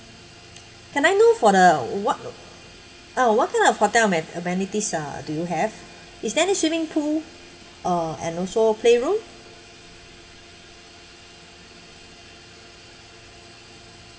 can I know for the what ah what kind of hotel men~ amenities uh do you have is there any swimming pool uh and also playroom